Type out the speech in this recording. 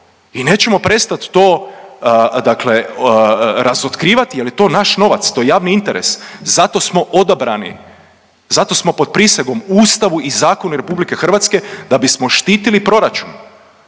I nećemo prestat to, dakle razotkrivati jer je to naš novac. To je javni interes. Zato smo odabrani, zato smo pod prisegom Ustavu i zakonu Republike Hrvatske da bismo štititi proračun,